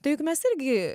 tai juk mes irgi